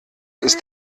ist